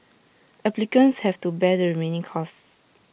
applicants have to bear the remaining costs